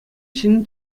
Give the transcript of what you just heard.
ҫӗнӗ